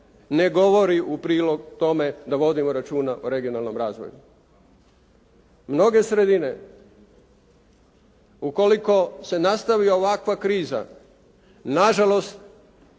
ne govori u prilog tome da vodimo računa o regionalnom razvoju. Mnoge sredine ukoliko se nastavi ovakva kriza nažalost